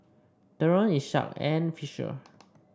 Theron Isaak and Fisher